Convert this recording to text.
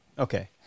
Okay